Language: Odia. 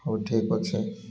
ହଉ ଠିକ୍ ଅଛି